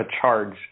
charged